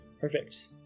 Perfect